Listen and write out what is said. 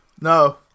No